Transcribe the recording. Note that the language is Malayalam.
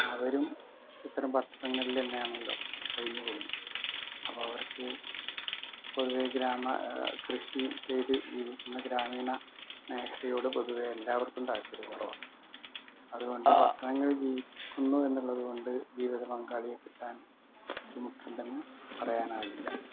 അവരും ഇത്തരം പട്ടണങ്ങളിൽ നിന്നയാണല്ലോ കഴിഞ്ഞുക്കൂടുന്നത് അപ്പോൾ അവർക്ക് പൊതുവെ ഗ്രാമ കൃഷി ചെയ്ത് ജീവിക്കുന്ന ഗ്രാമീണ മേഖലയോട് പൊതുവേ എല്ലാവർക്കും താല്പര്യം കുറവാണ് അതുകൊണ്ട് പട്ടണങ്ങൾ ജീവിക്കുന്നു എന്നുള്ളത് കൊണ്ട് ജീവിതപങ്കാളിയെ കിട്ടാൻ ബുദ്ധിമുട്ടുണ്ടെന്ന് പറയാനാകില്ല